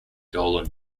dolan